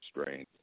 strength